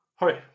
Hi